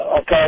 okay